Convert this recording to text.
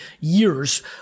years